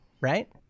right